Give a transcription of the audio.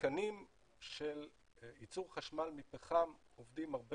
שבמתקנים של ייצור חשמל מפחם עובדים הרבה